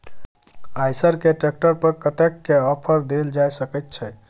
आयसर के ट्रैक्टर पर कतेक के ऑफर देल जा सकेत छै?